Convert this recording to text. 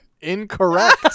Incorrect